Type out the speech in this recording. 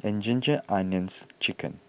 and Ginger Onions Chicken